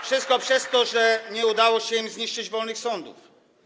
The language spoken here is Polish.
Wszystko przez to, że nie udało się im zniszczyć wolnych sądów.